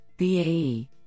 BAE